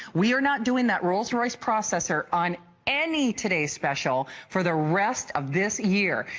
we are not doing that rolls-royce processor on any today's special for the rest of this year.